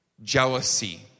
Jealousy